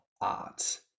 art